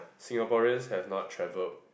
Singaporeans has not travelled